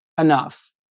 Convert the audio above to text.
enough